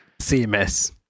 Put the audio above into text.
CMS